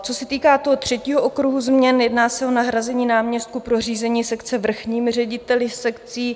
Co se týká toho třetího okruhu změn, jedná se o nahrazení náměstků pro řízení sekce vrchními řediteli sekcí.